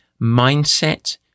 mindset